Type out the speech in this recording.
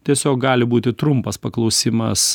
tiesiog gali būti trumpas paklausimas